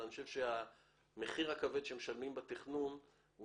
אבל אני חושב שהמחיר הכבד שמשלמים בתכנון לא